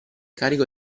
carico